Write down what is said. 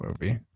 movie